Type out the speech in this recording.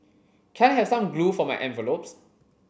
can I have some glue for my envelopes